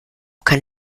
kann